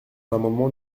l’amendement